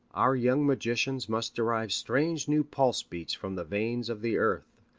our young magicians must derive strange new pulse-beats from the veins of the earth,